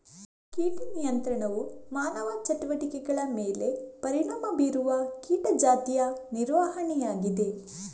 ಕೀಟ ನಿಯಂತ್ರಣವು ಮಾನವ ಚಟುವಟಿಕೆಗಳ ಮೇಲೆ ಪರಿಣಾಮ ಬೀರುವ ಕೀಟ ಜಾತಿಯ ನಿರ್ವಹಣೆಯಾಗಿದೆ